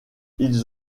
ils